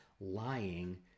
lying